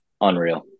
Unreal